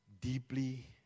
deeply